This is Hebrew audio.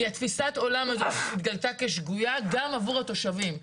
כי תפיסת העולם הזאת התגלתה כשגויה גם עבור התושבים.